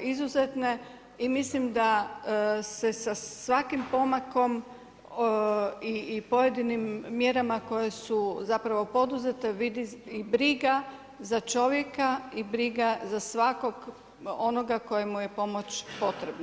izuzetne i mislim da se svakim pomakom i pojedinim mjerama koje su poduzete vidi i briga za čovjeka i briga za svakog onoga tko mu je pomoć potrebna.